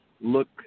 look